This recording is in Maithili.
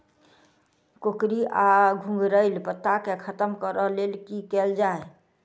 कोकरी वा घुंघरैल पत्ता केँ खत्म कऽर लेल की कैल जाय?